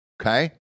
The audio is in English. Okay